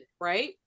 right